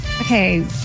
Okay